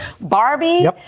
Barbie